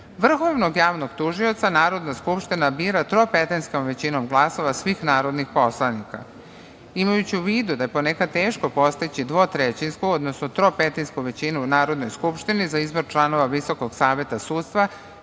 položaju. Vrhovnog javnog tužioca Narodna skupština bira tropetinskom većinom svih narodnih poslanika. Imajući u vidu da je ponekada teško postići dvotrećinsku, odnosno tropetinsku većinu u Narodnoj skupštini za izbor člana Visokog saveta sudstva,